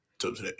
today